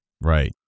Right